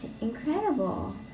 incredible